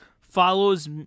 Follows